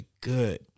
good